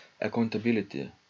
accountability